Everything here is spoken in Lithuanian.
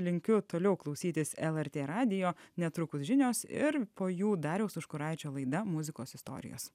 linkiu toliau klausytis lrt radijo netrukus žinios ir po jų dariaus užkuraičio laida muzikos istorijos